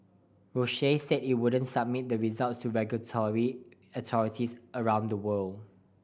Roche said it wouldn't submit the results to regulatory authorities around the world